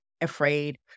afraid